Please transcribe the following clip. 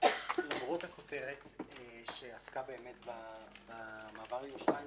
למרות הכותרת שעסקה במעבר לירושלים,